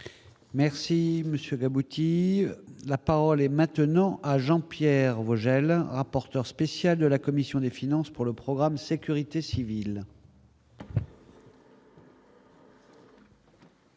Merci, monsieur, la parole est maintenant à Jean-Pierre Vogel, rapporteur spécial de la commission des finances pour le programme sécurité civile.